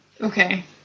Okay